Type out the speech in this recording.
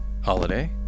Holiday